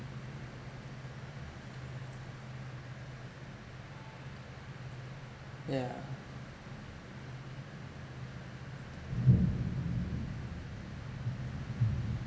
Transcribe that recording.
yeah